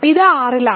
ഇത് R ലാണ്